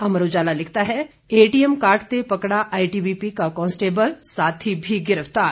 अमर उजाला लिखता है एटीएम काटते पकड़ा आईटीबीपी का कांस्टेबल साथी भी गिरफ्तार